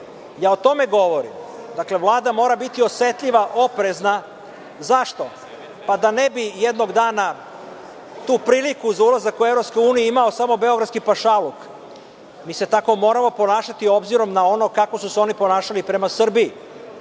O tome govorim. Dakle, Vlada mora biti osetljiva i oprezna. Zašto? Da ne bi jednog dana tu priliku za ulazak u EU imao samo beogradski pašaluk. Mi se tako moramo ponašati, obzirom na ono kako su se oni ponašali prema Srbiji.